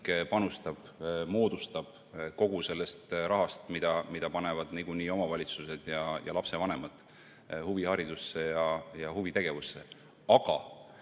panustab, moodustab kogu sellest rahast, mida panevad niikuinii ka omavalitsused ja lapsevanemad huviharidusse ja huvitegevusse. Aga